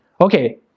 Okay